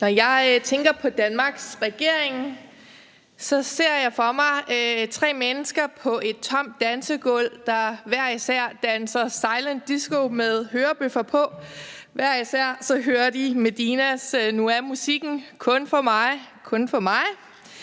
Når jeg tænker på Danmarks regering, ser jeg for mig tre mennesker på et tomt dansegulv, der hver især danser Silent Disco med hørebøffer på, hver især hører de Medinas »nu er musikken kun for mig